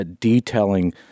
detailing